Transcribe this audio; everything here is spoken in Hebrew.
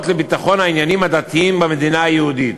לביטחון העניינים הדתיים במדינה היהודית,